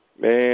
Man